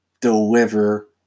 deliver